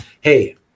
Hey